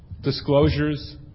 disclosures